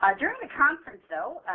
ah during the conference, though,